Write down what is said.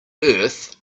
earth